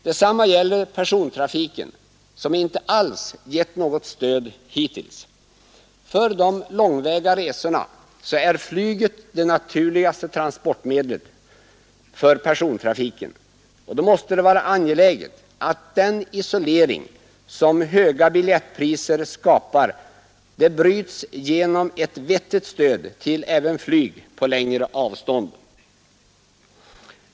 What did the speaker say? Detsamma gäller även persontrafiken som inte har getts något stöd hittills. För de långväga resorna är flyget det naturligaste transportmedlet. Det måste då vara angeläget att den isolering som höga biljettpriser skapar bryts genom ett vettigt stöd till även flyg på längre avstånd.